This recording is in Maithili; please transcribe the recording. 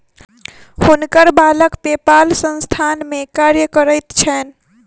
हुनकर बालक पेपाल संस्थान में कार्य करैत छैन